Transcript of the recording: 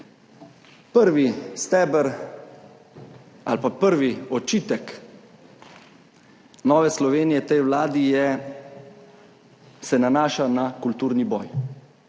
Prvi steber ali pa prvi očitek Nove Slovenije tej vladi se nanaša na kulturni boj.